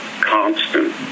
constant